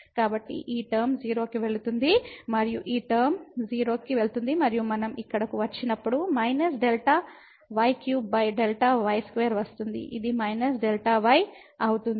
కాబట్టి ఈ టర్మ 0 కి వెళుతుంది మరియు ఈ టర్మ 0 కి వెళుతుంది మరియు మనం ఇక్కడకు వచ్చినప్పుడు −Δy3 Δy2 వస్తుంది ఇది −Δy అవుతుంది